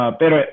pero